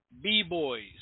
B-Boys